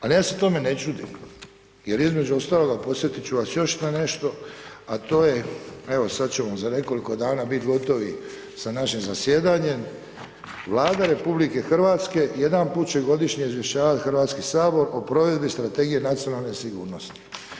Al ja se tome ne čudim jer između ostaloga podsjetit ću vas još na nešto, a to je evo sad ćemo za nekoliko dana bit gotovi sa našim zasjedanjem, Vlada RH jedanput će godišnje izvješćavat Hrvatski sabor o provedbi Strategije nacionalne sigurnosti.